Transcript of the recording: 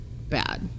bad